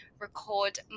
record